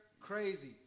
crazy